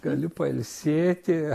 galiu pailsėti